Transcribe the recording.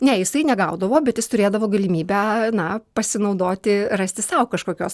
ne jisai negaudavo bet jis turėdavo galimybę na pasinaudoti rasti sau kažkokios